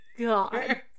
god